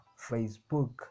Facebook